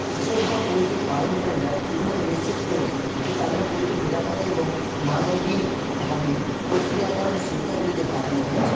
কৃষক বা পোলট্রি পালনকারীরা কীভাবে নিশ্চিত করবেন যে তাদের পোলট্রি নিরাপদে এবং মানবিকভাবে প্রক্রিয়াকরণ সুবিধাগুলিতে পাঠানো হয়েছে